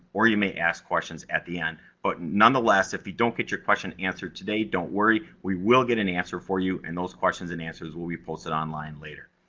or you may ask questions at the end. but nonetheless, if you don't get your question answered today, don't worry, we will get an answer for you, and those questions and answers will be posted online later.